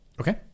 Okay